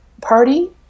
party